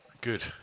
Good